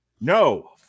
no